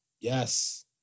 yes